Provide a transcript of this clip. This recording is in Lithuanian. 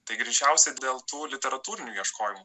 tai greičiausiai dėl tų literatūrinių ieškojimų